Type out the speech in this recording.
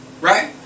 Right